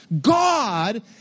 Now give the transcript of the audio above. God